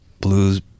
blues